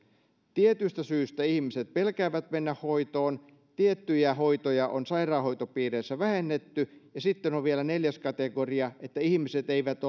tietyistä syistä ihmiset pelkäävät mennä hoitoon tiettyjä hoitoja on sairaanhoitopiireissä vähennetty ja sitten on on vielä neljäs kategoria että ihmiset eivät